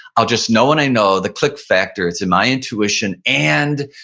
i'll just know when i know, the click factor, it's in my intuition and